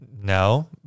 No